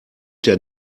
der